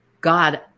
God